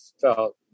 felt